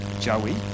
Joey